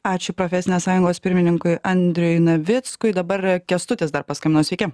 ačiū profesinės sąjungos pirmininkui andriui navickui dabar kęstutis dar paskambino sveiki